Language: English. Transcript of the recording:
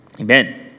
Amen